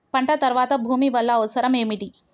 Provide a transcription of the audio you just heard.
పంట తర్వాత భూమి వల్ల అవసరం ఏమిటి?